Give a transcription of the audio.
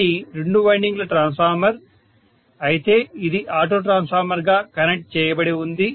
ఇది రెండు వైండింగ్ల ట్రాన్స్ఫార్మర్ అయితే ఇది ఆటో ట్రాన్స్ఫార్మర్గా కనెక్ట్ చేయబడి ఉంది